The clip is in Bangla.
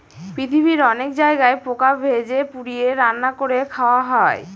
পৃথিবীর অনেক জায়গায় পোকা ভেজে, পুড়িয়ে, রান্না করে খাওয়া হয়